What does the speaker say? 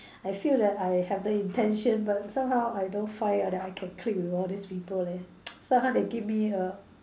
I feel that I have the intention but somehow I don't find I that I can click with all these people leh somehow they give me a